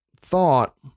thought